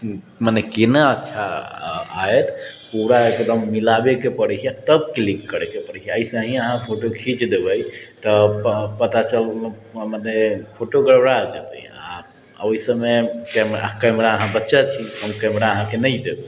मने केना अच्छा आयत पूरा एकदम मिलाबैके पड़ैय तब क्लिक करैके पड़ैय ऐसे ही अहाँ फोटो खीञ्च देबै तब पता चलल मने फोटो गड़बड़ा जतै आओर ओहि समय कैमरा अहाँ बच्चा छी हम कैमरा अहाँके नहि देब